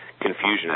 confusion